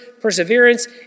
perseverance